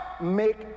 make